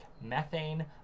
methane